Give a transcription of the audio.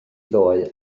ddoe